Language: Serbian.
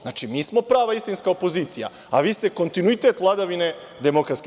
Znači, mi smo prava istinska opozicija, a vi ste kontinuitet vladavine DS.